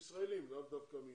ישראלים, לאו דווקא מיהודים.